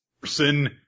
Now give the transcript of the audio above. person